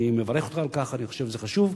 אני מברך אותך על כך, אני חושב שזה חשוב.